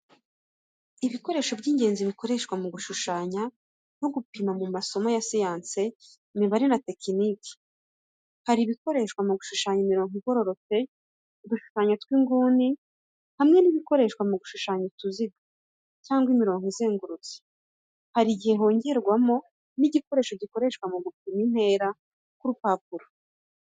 Ibikoresho by’ingenzi bikoreshwa mu gushushanya no gupima mu masomo ya siyansi, imibare, na tekiniki. Hari ibikoreshwa mu gushushanya imirongo igororotse, udushushanyo tw’inguni, hamwe nibikoreshwa mu gushushanya utuziga cyangwa imirongo izengurutse. Hari igihe hongerwamo n'igikoresho gikoreshwa mu gupima intera ku rupapuro.